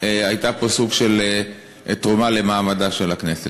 היה פה סוג של תרומה למעמדה של הכנסת.